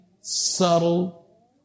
subtle